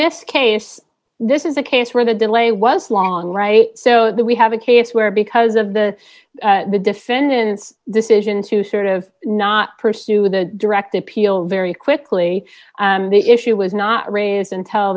this case this is a case where the delay was long right so that we have a case where because of the the defendant's decision to sort of not pursue the direct appeal very quickly the issue was not raised and tell